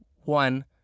one